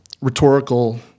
rhetorical